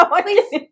please